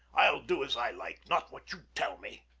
i'll do as i like not what you tell me.